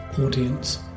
audience